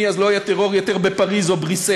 אז לא יהיה יותר טרור בפריז או בבריסל,